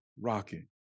rocking